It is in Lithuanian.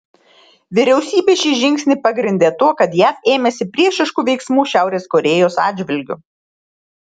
vyriausybė šį žingsnį pagrindė tuo kad jav ėmėsi priešiškų veiksmų šiaurės korėjos atžvilgiu